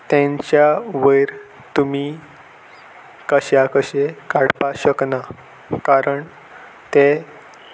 तेंच्या वयर तुमी कशा कशें काडपाक शकना कारण तें